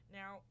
now